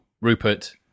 Rupert